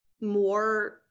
more